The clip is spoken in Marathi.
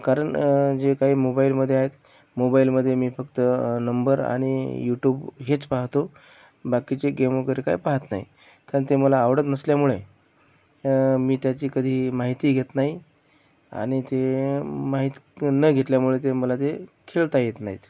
कारण जे काही मोबाईलमध्ये आहे मोबाईलमध्ये मी फक्त नंबर आणि युट्युब हेच पाहतो बाकीचे गेम वगैरे काय पाहत नाही कारण ते मला आवडत नसल्यामुळे मी त्याची कधी माहिती घेत नाही आणि ते माहिती न घेतल्यामुळे ते मला ते खेळता येत नाहीत